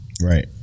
Right